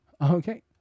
okay